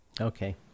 okay